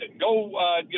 Go